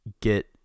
get